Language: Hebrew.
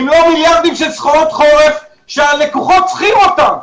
אם לא מיליארדים של סחורת חורף שהלקוחות צריכים אותם,